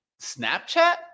snapchat